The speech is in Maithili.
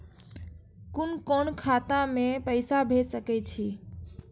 कुन कोण खाता में पैसा भेज सके छी?